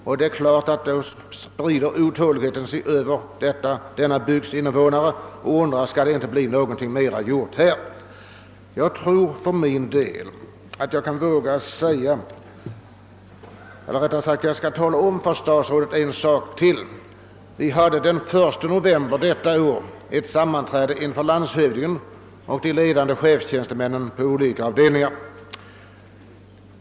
Då är det klart att otåligheten sprider sig över bygdens innevånare, och man undrar om det inte kommer att göras något mera. Den 1 november i år hade vi ett sammanträde inför landshövdingen och de ledande chefstjänstemännen för olika avdelningar.